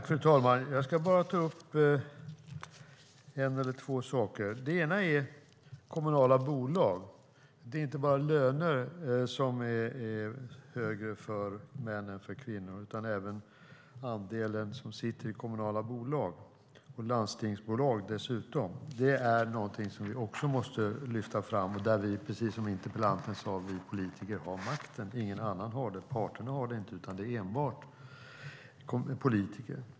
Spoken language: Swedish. Fru talman! Jag ska bara ta upp en eller två saker. Det ena är kommunala bolag. Det är inte bara lönerna som är högre för män än för kvinnor, utan även andelen som sitter i kommunala bolag och dessutom landstingsbolag. Det är också någonting som vi måste lyfta fram. Precis som interpellanten sade är det vi politiker som har makten. Ingen annan har det - parterna har det inte, utan det är enbart politiker.